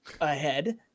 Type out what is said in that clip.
ahead